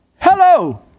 hello